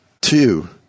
Two